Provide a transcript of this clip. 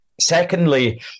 Secondly